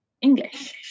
English